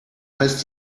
heißt